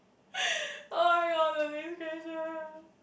oh my god the next question